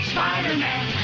Spider-Man